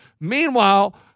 Meanwhile